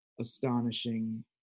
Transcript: astonishing